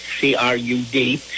C-R-U-D